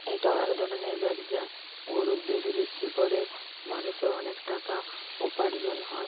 এটাও এক ধরনের ব্যবসা গরুর দুধ বিক্রি করে মানুষের অনেক টাকা উপার্জন হয়